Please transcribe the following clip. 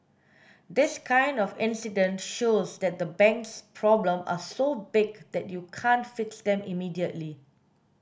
this kind of incident shows that the bank's problem are so big that you can't fix them immediately